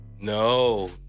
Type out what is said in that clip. no